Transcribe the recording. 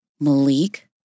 Malik